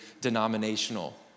denominational